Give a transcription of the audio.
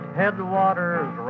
headwaters